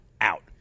out